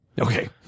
Okay